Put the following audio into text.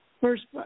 first